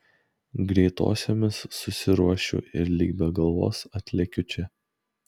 greitosiomis susiruošiu ir lyg be galvos atlekiu čia